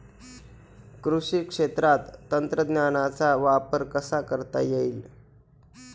कृषी क्षेत्रात तंत्रज्ञानाचा वापर कसा करता येईल?